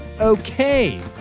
Okay